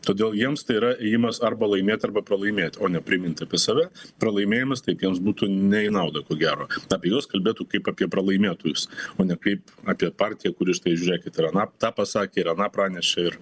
todėl jiems tai yra ėjimas arba laimėt arba pralaimėt o ne primint apie save pralaimėjimas taip jiems būtų ne į naudą ko gero apie juos kalbėtų kaip apie pralaimėtojus o ne kaip apie partiją kuri štai žiūrėkit ir aną tą pasakė ir aną pranešė ir